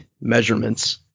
measurements